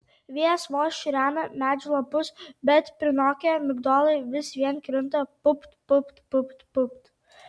vėjas vos šiurena medžių lapus bet prinokę migdolai vis vien krinta pupt pupt pupt pupt